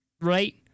Right